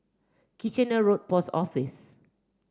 Kitchener Road Post Office